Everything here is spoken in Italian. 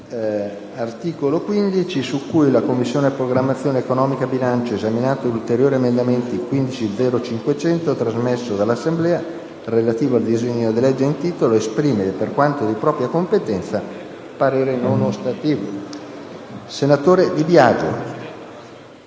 Avverto inoltre che la Commissione programmazione economica, bilancio, esaminato l’ulteriore emendamento 15.0.500, trasmesso dall’Assemblea, relativo al disegno di legge in titolo, esprime per quanto di propria competenza parere non ostativo. DI BIAGIO